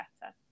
better